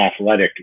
athletic